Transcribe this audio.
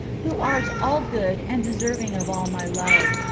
who art all-good and deserving of all my love.